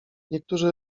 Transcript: niektórzy